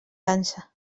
dansa